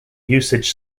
usage